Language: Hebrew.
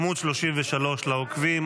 עמ' 33 לעוקבים.